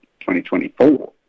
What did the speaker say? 2024